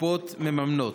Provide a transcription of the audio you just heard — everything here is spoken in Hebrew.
הקופות מממנות.